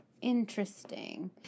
Interesting